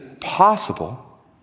possible